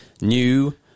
new